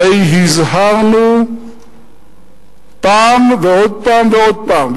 הרי הזהרנו פעם ועוד פעם ועוד פעם,